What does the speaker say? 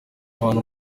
abantu